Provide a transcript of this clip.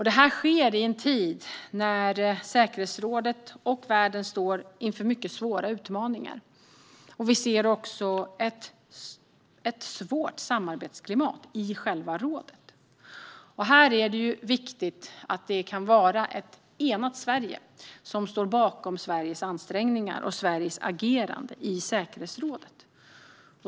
Det sker i en tid när säkerhetsrådet och världen står inför mycket svåra utmaningar. Vi ser också ett svårt samarbetsklimat i själva rådet. Det är viktigt att det kan vara ett enat Sverige som står bakom Sveriges ansträngningar och Sveriges agerande i säkerhetsrådet.